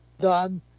done